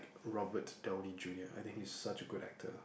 Robert-Downey-Junior I think he's such a good actor